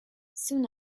soon